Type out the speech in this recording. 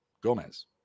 Gomez